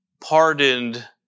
Pardoned